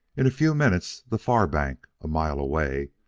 in a few minutes the far bank, a mile away,